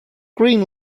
green